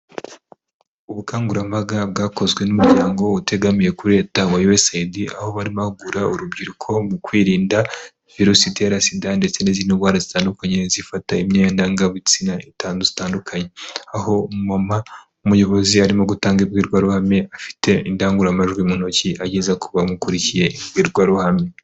Ubukangurambaga bwakozwe n'umuryango utegamiye kuri leta wa USAID, aho barimo guhugura urubyiruko mu kwirinda virusi itera sida ndetse n'izindi ndwara zitandukanye, zifata imyannda ndangagitsina zitandukanye, aho umama, umuyobozi arimo gutanga imbwirwaruhame afite indangururamajwi mu ntoki, ageza ku bamukurikiye imbwirwaruhame.